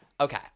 okay